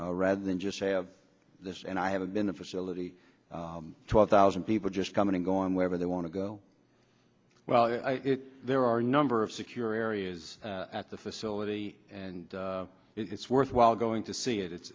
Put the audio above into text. rather than just say this and i have been the facility twelve thousand people just coming and going wherever they want to go well there are a number of secure areas at the facility and it's worthwhile going to see it it's